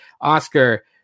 oscar